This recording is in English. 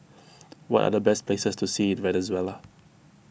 what are the best places to see in Venezuela